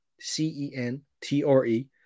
C-E-N-T-R-E